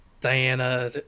Diana